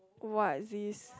what is